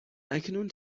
اکنون